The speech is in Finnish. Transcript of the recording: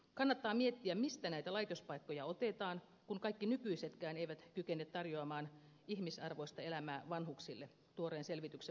kannattaa miettiä mistä näitä laitospaikkoja otetaan kun kaikki nykyisetkään eivät kykene tarjoamaan ihmisarvoista elämää vanhuksille tuoreen selvityksen mukaan